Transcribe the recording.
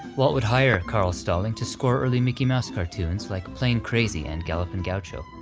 walt would hire carl stalling to score early mickey mouse cartoons like plane crazy and gallopin goucho,